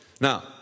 now